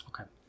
Okay